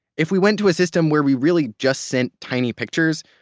if we went to a system where we really just sent tiny pictures,